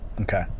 okay